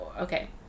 okay